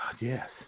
yes